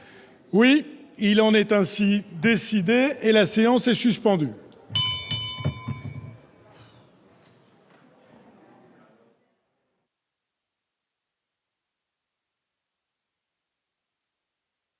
... Il en est ainsi décidé. La séance est suspendue.